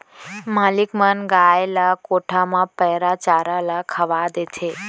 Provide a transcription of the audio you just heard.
मालिक मन गाय ल कोठा म पैरा चारा ल खवा देथे